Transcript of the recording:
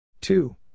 Two